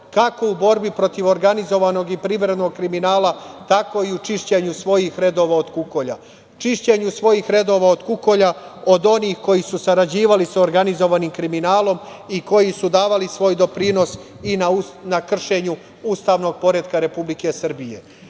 kako u borbi protiv organizovanog i privrednog kriminala, tako i u čišćenju svojih redova od kukolja, čišćenju svojih redova od kukolja, od onih koji su sarađivali sa organizovanim kriminalom i koji su davali svoj doprinos i na kršenju ustavnog poretka Republike Srbije. Želim